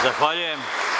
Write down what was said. Zahvaljujem.